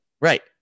right